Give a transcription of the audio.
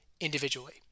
individually